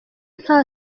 nta